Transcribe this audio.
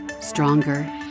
stronger